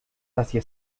hacia